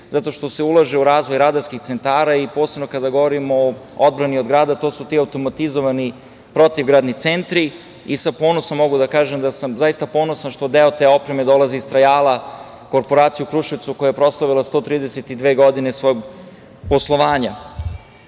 zato što se ulaže u razvoj radarskih centara i posebno kada govorimo o odbrani od grada, to su ti automatizovani protivgradni centri. Sa ponosom mogu da kažem da sam zaista ponosan što deo te opreme dolazi iz „Trajala“, korporacije u Kruševcu, koja je proslavila 132 godine svog poslovanja.Za